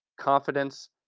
confidence